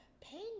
pain